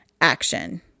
action